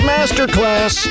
Masterclass